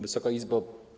Wysoka Izbo!